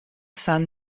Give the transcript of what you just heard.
sun